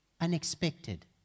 unexpected